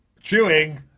Chewing